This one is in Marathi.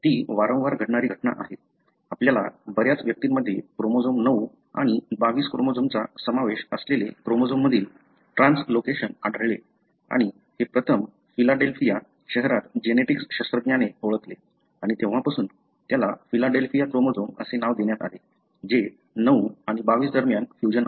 ती वारंवार घडणारी घटना आहे आपल्याला बऱ्याच व्यक्तींमध्ये क्रोमोझोम 9 आणि 22 क्रोमोझोमचा समावेश असलेले क्रोमोझोम मधील ट्रान्सलोकेशन आढळेल आणि हे प्रथम फिलाडेल्फिया शहरात जेनेटिक्स शास्त्रज्ञाने ओळखले आणि तेव्हापासून त्याला फिलाडेल्फिया क्रोमोझोम असे नाव देण्यात आले जे 9 आणि 22 दरम्यान फ्यूजन आहे